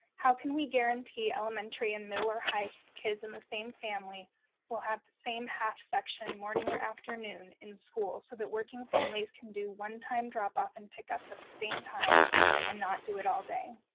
how can we guarantee elementary and middle or high kids in the same family will have the same half section, morning or afternoon, in school so that working families can do one time drop off and pick ups at the same time and not do it all day?